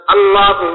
Allah